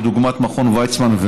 דוגמת מכון ויצמן,